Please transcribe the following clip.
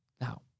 Now